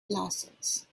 glasses